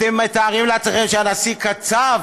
אתם מתארים לעצמכם שהנשיא קצב